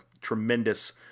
tremendous